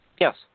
Yes